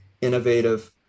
innovative